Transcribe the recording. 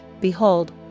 behold